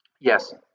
yes